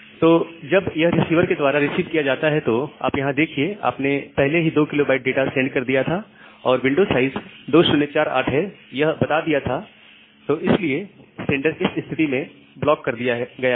तो जब यह रिसीवर के द्वारा रिसीव किया जाता है तो आप यहां देखिए आपने पहले ही 2 KB सेंड कर दिया था और विंडो साइज 2048 है यह बता दिया था तो इसलिए सेंडर इस स्थिति में ब्लॉक कर दिया गया है